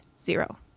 Zero